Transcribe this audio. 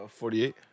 48